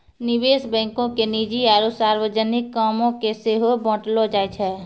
निवेश बैंको के निजी आरु सार्वजनिक कामो के सेहो बांटलो जाय छै